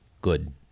Good